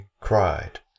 cried